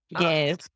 Yes